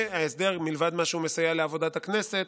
וההסדר, מלבד העובדה שהוא מסייע לעבודת הכנסת,